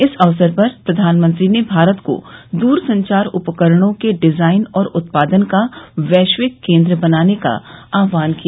इस अवसर पर प्रधान मंत्री ने भारत को दूरसंचार उपकरणों के डिजाइन और उत्पादन का वैश्विक केन्द्र बनाने का आह्वान किया